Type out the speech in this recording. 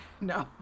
no